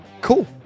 Cool